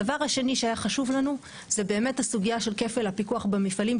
הדבר השני שהיה חשוב לנו זה באמת הסוגיה של כפל הפיקוח במפעלים,